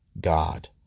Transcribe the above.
God